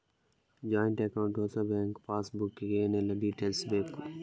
Joint account ಹೊಸ bank passbook ಗೆ ಏನೆಲ್ಲ ಡೀಟೇಲ್ಸ್ ಬೇಕು?